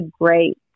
great